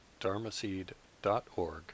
dharmaseed.org